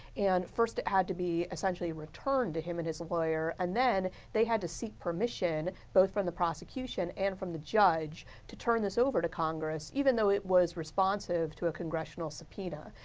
and first it had to be essentially returned to him and his lawyer. and then, they had to seek permission, both from the prosecution and from the judge to turn this over to congress, even though it was responsive to a congressional subpoena.